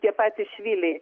tie patys švyliai